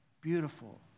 beautiful